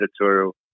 editorial